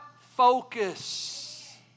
focus